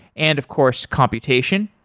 and of course computation.